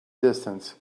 distance